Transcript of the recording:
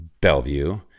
Bellevue